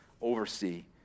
oversee